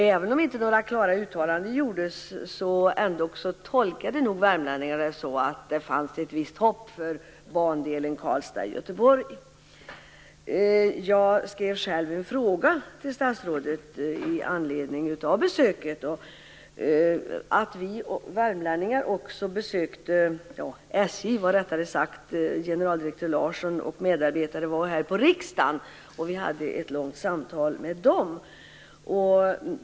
Även om inga klara uttalanden gjordes, tolkade nog värmlänningarna det som att det fanns ett visst hopp för bandelen Karlstad-Göteborg. Jag skrev själv en fråga till statsrådet i anledning av besöket. SJ:s generaldirektör Larsson och medarbetare har också besökt riksdagen, och vi värmlänningar hade ett långt samtal med dem.